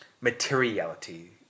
materiality